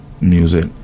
music